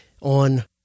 on